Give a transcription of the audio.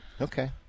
Okay